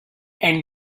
and